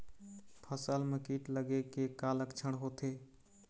फसल म कीट लगे के का लक्षण होथे?